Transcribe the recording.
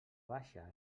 baixa